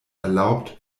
erlaubt